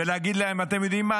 ולהגיד להם: אתם יודעים מה,